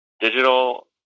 digital